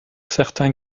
certains